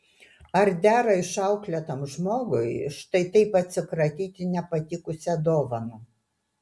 ar dera išauklėtam žmogui štai taip atsikratyti nepatikusia dovana